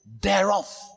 Thereof